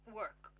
work